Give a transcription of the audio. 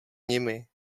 nimi